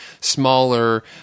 smaller